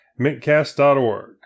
mintcast.org